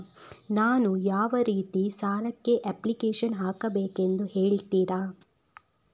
ನಾನು ಯಾವ ರೀತಿ ಸಾಲಕ್ಕೆ ಅಪ್ಲಿಕೇಶನ್ ಹಾಕಬೇಕೆಂದು ಹೇಳ್ತಿರಾ?